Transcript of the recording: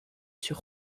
sur